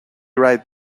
right